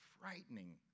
frightening